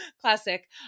Classic